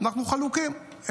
אנחנו חלוקים.